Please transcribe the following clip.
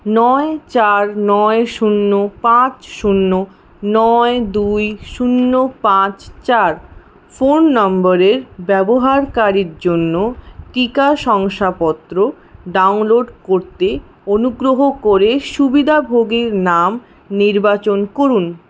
নয় চার নয় শূন্য পাঁচ শূন্য নয় দুই শূন্য পাঁচ চার ফোন নম্বরের ব্যবহারকারীর জন্য টিকা শংসাপত্র ডাউনলোড করতে অনুগ্রহ করে সুবিধাভোগীর নাম নির্বাচন করুন